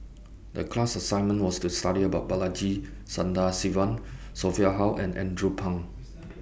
The class assignment was to study about Balaji Sadasivan Sophia Hull and Andrew Phang